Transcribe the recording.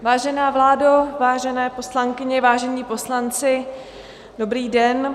Vážená vládo, vážené poslankyně, vážení poslanci, dobrý den.